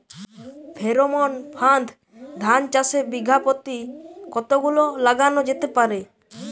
Pheromone ফাঁদ ধান চাষে বিঘা পতি কতগুলো লাগানো যেতে পারে?